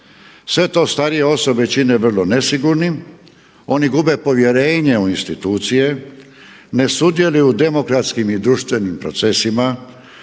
Sve to osobe čine vrlo nesigurnim, oni gube povjerenje u institucije, ne sudjeluju u demokratskim i društvenim procesima,